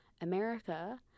America